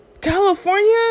California